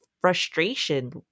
frustration